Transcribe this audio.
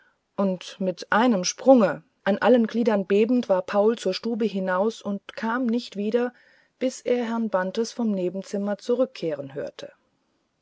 und mit einem sprunge an allen gliedern bebend war paul zur stube hinaus und kam nicht wieder bis er herrn bantes vom nebenzimmer zurückkehren hörte